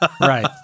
Right